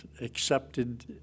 accepted